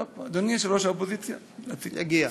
יגיע.